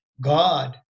God